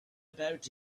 about